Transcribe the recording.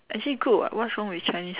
actually good [what] what's wrong with Chinese